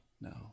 No